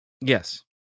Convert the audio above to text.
Yes